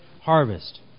harvest